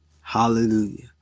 Hallelujah